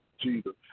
Jesus